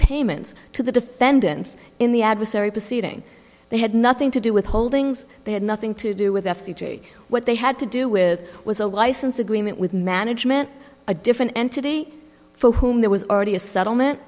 payments to the defendants in the adversary proceeding they had nothing to do with holdings they had nothing to do with f p g what they had to do with was a license agreement with management a different entity for whom there was already a settlement